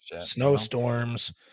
Snowstorms